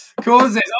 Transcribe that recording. causes